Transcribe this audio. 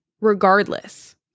regardless